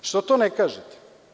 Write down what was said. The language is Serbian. Zašto to ne kažete?